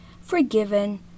forgiven